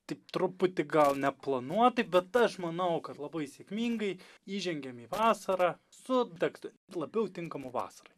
tik truputį gal neplanuotai bet aš manau kad labai sėkmingai įžengėm į vasarą su tekstu labiau tinkamu vasarai